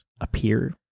appear